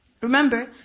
remember